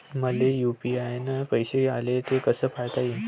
मले यू.पी.आय न पैसे आले, ते कसे पायता येईन?